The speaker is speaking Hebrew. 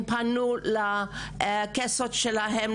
הם פנו לקסים שלהם,